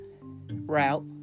route